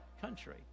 country